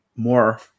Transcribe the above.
more